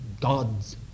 God's